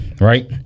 right